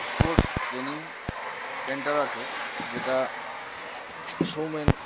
sports training centre আছে যেটা সৌমেন